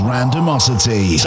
Randomosity